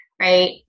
right